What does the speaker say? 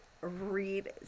read